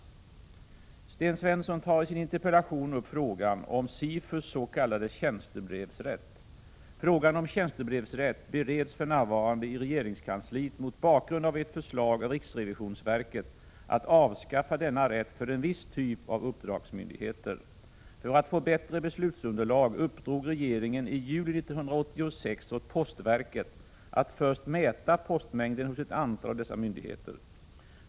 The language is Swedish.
Sten Svensson tar i sin interpellation upp frågan om SIFU:s s.k. tjänstebrevsrätt. Frågan om tjänstebrevsrätt bereds för närvarande i regeringskansliet mot bakgrund av ett förslag av riksrevisionsverket att avskaffa denna rätt för en viss typ av uppdragsmyndigheter. För att få bättre beslutsunderlag uppdrog regeringen i juli 1986 åt postverket att först mäta postmängden hos ett antal av dessa myndigheter.